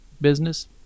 business